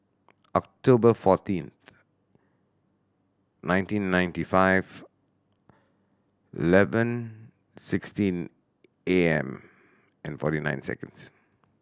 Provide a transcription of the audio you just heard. October fourteenth nineteen ninety five eleven sixteen A M and forty nine seconds